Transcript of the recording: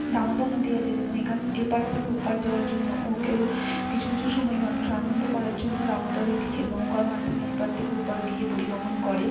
দামোদর নদী আছে যেখানে এখান এপার থেকে ওপার যাওয়ার জন্য কিছু কিছু সময় মানুষ আনন্দ করার জন্য দামোদরে গিয়ে নৌকার মাধ্যমে এপার থেকে ওপার গিয়ে পরিবহন করে